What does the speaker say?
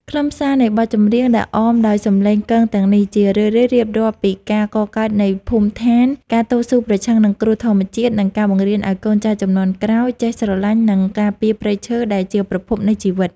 ខ្លឹមសារនៃបទចម្រៀងដែលអមដោយសម្លេងគងទាំងនេះ ជារឿយៗរៀបរាប់ពីការកកើតនៃភូមិឋាន ការតស៊ូប្រឆាំងនឹងគ្រោះធម្មជាតិ និងការបង្រៀនឱ្យកូនចៅជំនាន់ក្រោយចេះស្រឡាញ់ និងការពារព្រៃឈើដែលជាប្រភពនៃជីវិត។